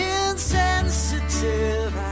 insensitive